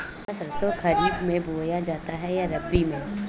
पिला सरसो खरीफ में बोया जाता है या रबी में?